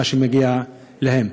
ממה שמגיע להם.